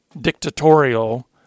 dictatorial